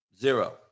zero